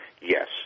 yes